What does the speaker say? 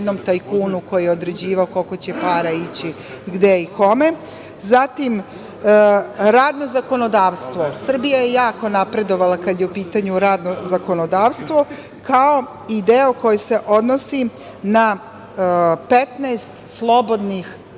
koji je određivao koliko će para ići gde i kome. Zatim, radno zakonodavstvo. Srbija je jako napredovala kada je u pitanju radno zakonodavstvo, kao i deo koji se odnosi na 15 slobodnih